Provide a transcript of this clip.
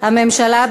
הממשלה,